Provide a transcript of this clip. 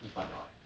一半 liao leh